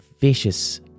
vicious